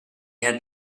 had